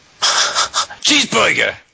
Cheeseburger